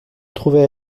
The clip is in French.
trouvait